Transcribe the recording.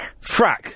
Frack